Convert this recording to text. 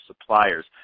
suppliers